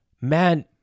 man